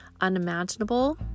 unimaginable